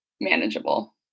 manageable